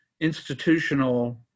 institutional